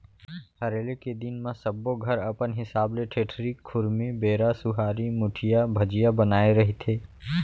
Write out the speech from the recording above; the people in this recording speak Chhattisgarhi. हरेली के दिन म सब्बो घर अपन हिसाब ले ठेठरी, खुरमी, बेरा, सुहारी, मुठिया, भजिया बनाए रहिथे